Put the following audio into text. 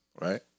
right